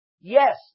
Yes